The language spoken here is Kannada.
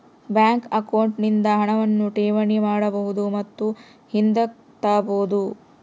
ಬ್ಯಾಂಕ್ ಅಕೌಂಟ್ ನಿಂದ ಹಣವನ್ನು ಠೇವಣಿ ಮಾಡಬಹುದು ಮತ್ತು ಹಿಂದುಕ್ ತಾಬೋದು